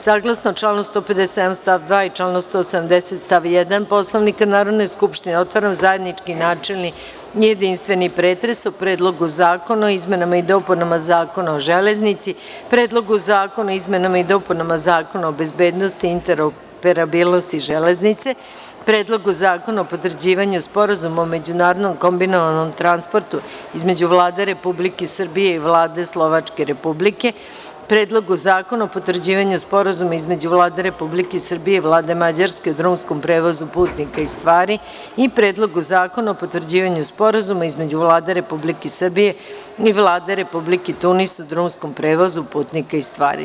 Saglasno članu 157. stav 2. i članu 170. stavu 1. Poslovnika Narodne skupštine, otvaram zajednički načelni i jedinstveni pretres o Predlogu zakona o izmenama i dopunama Zakona o železnici, Predlogu zakona o izmenama i dopunama Zakona bezbednosti i interoperabilnosti železnice, Predlogu zakona o potvrđivanju Sporazuma o međunarodnom kombinovanom transportu između Vlade Republike Srbije i Vlade Slovačke Republike, Predlogu zakona o potvrđivanju Sporazuma između Vlade Republike Srbije i Vlade Mađarske o drumskom prevozu putnika i stvari i Predlogu zakona o potvrđivanju Sporazuma između Vlade Republike Srbije i Vlade Republike Tunis o drumskom prevozu putnika i stvari.